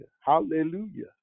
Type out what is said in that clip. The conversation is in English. Hallelujah